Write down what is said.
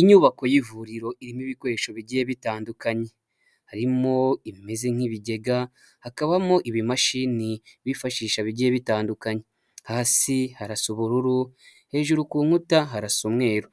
Inyubako y'ivuriro irimo ibikoresho bigiye bitandukanye, harimo ibimeze nk'ibigega, hakabamo ibimashini bifashisha bigiye bitandukanye hasi harasa ubururu hejuru ku nkuta harasa umweru